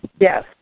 Yes